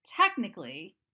technically